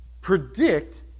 predict